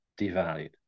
devalued